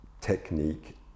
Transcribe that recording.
technique